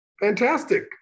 fantastic